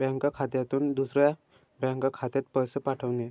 bank खात्यातून दुसऱ्या bank खात्यात पैसे पाठवणे